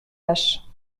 lâches